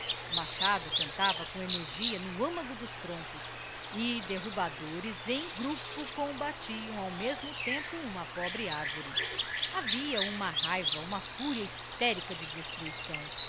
o machado cantava com energia no âmago dos troncos e derrubadores em grupo combatiam ao mesmo tempo uma pobre arvore havia uma raiva uma fúria estaria de destruição